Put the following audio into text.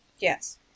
Yes